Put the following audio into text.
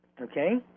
Okay